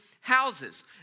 houses